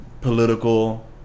political